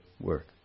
work